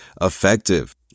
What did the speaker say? effective